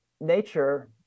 nature